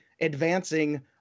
advancing